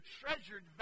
treasured